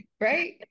right